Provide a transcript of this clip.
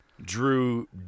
drew